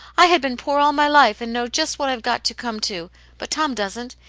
i had been poor all my life, and know just what i've got to come to but tom doesn't.